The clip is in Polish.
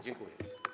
Dziękuję.